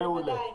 מעולה.